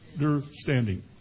understanding